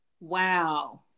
wow